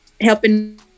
Helping